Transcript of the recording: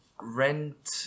rent